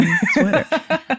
sweater